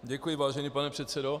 Děkuji, vážený pane předsedo.